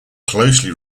closely